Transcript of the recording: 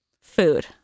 Food